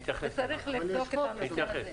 צריך לבדוק את הנושא הזה.